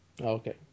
Okay